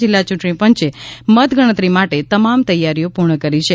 જિલ્લા ચૂંટણી પંચે મતગણતરી માટે તમામ તેયારીમાં પૂર્ણ કરી છે